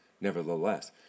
Nevertheless